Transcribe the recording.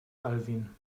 alwin